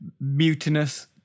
mutinous